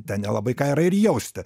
ten nelabai ką yra ir jausti